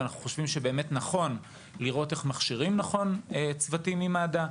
ואנחנו חושבים שבאמת נכון לראות איך מכשירים נכון צוותים ממד"א,